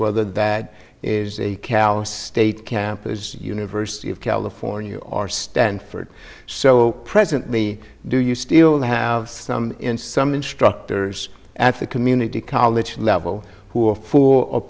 whether that is the callous state campus university of california or stanford so presently do you still have some in some instructors at the community college level who are f